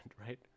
right